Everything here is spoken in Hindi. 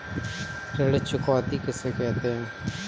ऋण चुकौती किसे कहते हैं?